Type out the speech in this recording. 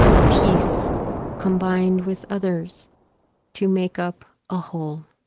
a piece combined with others to make up a whole.